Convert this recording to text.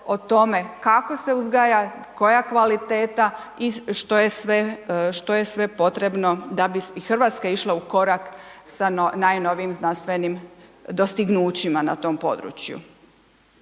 o tome kako se uzgaja, koja kvaliteta i što je sve potrebno da bi i RH išla u korak sa najnovijim znanstvenim dostignućima na tom području.